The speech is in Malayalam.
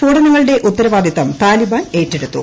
സ്ഫോടനങ്ങളുടെഉത്തരവാദിത്തം താലിബാൻ ഏറ്റെടുത്തു